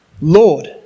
Lord